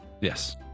Yes